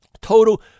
Total